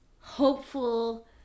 hopeful